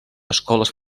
escoles